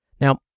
Now